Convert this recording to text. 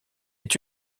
est